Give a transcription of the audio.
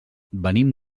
venim